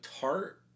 tart